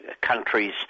countries